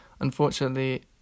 Unfortunately